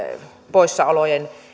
poissaolojen